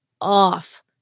off